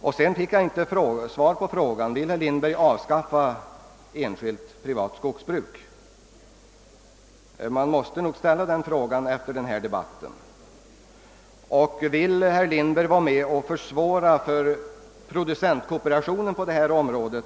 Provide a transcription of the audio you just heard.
Jag fick inte svar på frågan om herr Lindberg vill avskaffa enskilt skogsbruk. Den frågan måste nog ställas efter den här debatten. Vill herr Lindberg försvåra för producentkooperationen att verka på detta område?